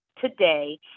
today